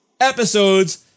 episodes